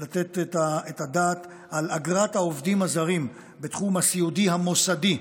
צריך לתת את הדעת על אגרת העובדים הזרים בתחום הסיעודי המוסדי.